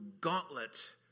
gauntlet